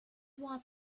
what